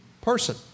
person